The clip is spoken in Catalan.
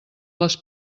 les